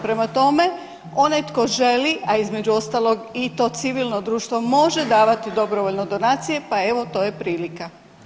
Prema tome, onaj tko želi, a između ostalog i to civilno društvo može davati dobrovoljno donacije, pa evo to je prilika.